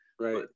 Right